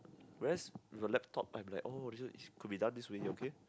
whereas got laptop I'm like oh this one is could be done this way okay